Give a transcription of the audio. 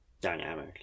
dynamic